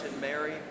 Mary